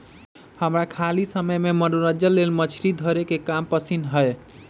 हमरा खाली समय में मनोरंजन लेल मछरी धरे के काम पसिन्न हय